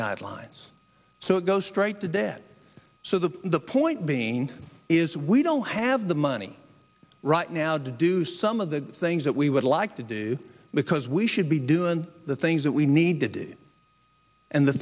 guidelines so it goes straight to debt so the the point being is we don't have the money right now to do some of the things that we would like to do because we should be doing the things that we need to do and the